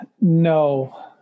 No